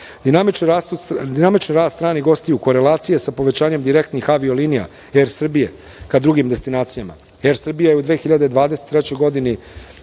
Dinamičan rast stranih gostiju, korelacije sa povećanjem direktnih avio linija „Er Srbije“ ka drugim destinacijama, „Er Srbija“ je u 2023. godini